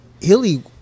Hilly